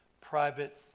private